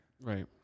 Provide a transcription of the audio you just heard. Right